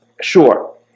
sure